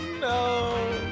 No